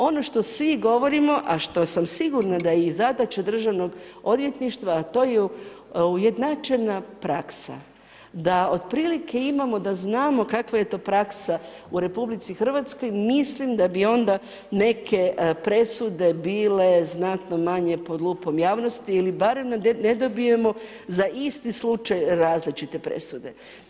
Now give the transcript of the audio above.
Ono što svi govorimo, a što sam sigurna da je i zadaća državnog odvjetništva, a to je u jednačena praksa, da otprilike imamo da znamo kakva je to praksa u RH, mislim da bi onda neke presude bile znatno manje pod lupom javnosti ili da barem da ne dobijemo za isti slučaj različite presude.